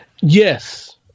Yes